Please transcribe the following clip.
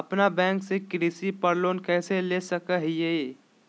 अपना बैंक से कृषि पर लोन कैसे ले सकअ हियई?